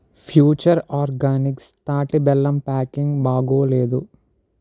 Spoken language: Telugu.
ఫ్యూచర్ ఆర్గానిక్స్ తాటి బెల్లం ప్యాకింగ్ బాగోలేదు